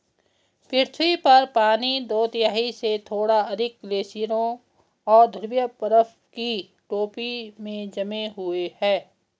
पृथ्वी पर पानी दो तिहाई से थोड़ा अधिक ग्लेशियरों और ध्रुवीय बर्फ की टोपी में जमे हुए है